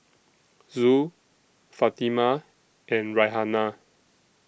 Zul Fatimah and Raihana